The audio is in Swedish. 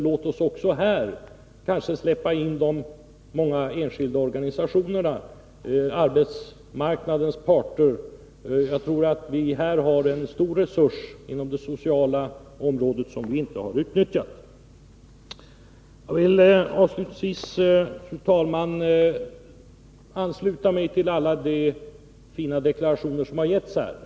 Låt oss här också släppa in de många enskilda organisationerna och arbetsmarknadens parter! Det är förmodligen en viktig resurs på det sociala området som vi inte har utnyttjat. Avslutningsvis, fru talman, ansluter jag mig till alla de fina deklarationer som avgetts här.